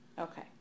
Okay